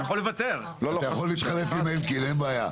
אתה יכול להתחלף עם אלקין, אין בעיה.